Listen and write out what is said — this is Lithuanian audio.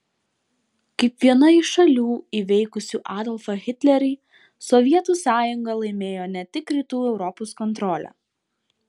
kaip viena iš šalių įveikusių adolfą hitlerį sovietų sąjunga laimėjo ne tik rytų europos kontrolę